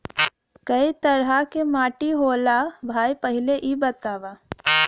कै तरह के माटी होला भाय पहिले इ बतावा?